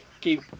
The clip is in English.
keep